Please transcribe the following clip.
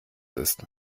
ist